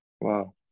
wow